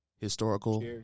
historical